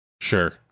sure